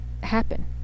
happen